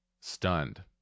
stunned